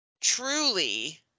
truly